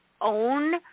own